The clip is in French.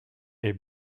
est